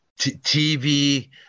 TV